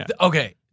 Okay